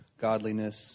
godliness